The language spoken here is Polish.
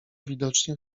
widocznie